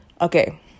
Okay